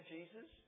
Jesus